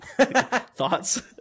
Thoughts